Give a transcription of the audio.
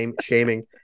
shaming